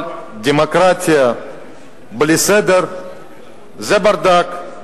אבל דמוקרטיה בלי סדר זה ברדק,